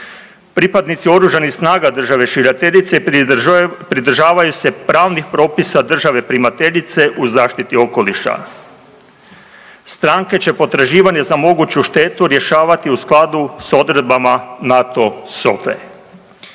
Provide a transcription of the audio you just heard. Pripadnici OS-a države šiljateljice pridržavaju se pravnih propisa države primateljice u zaštiti okoliša. Stranke će potraživanje za moguću štetu rješavati u skladu s odredbama NATO SOFA-e.